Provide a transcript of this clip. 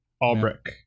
Albrecht